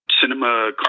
cinema